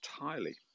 entirely